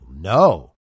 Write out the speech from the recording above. No